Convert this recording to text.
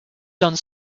done